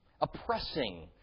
Oppressing